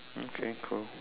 okay cool